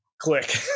click